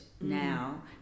now